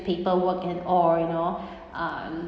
paperwork and all you know uh